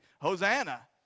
Hosanna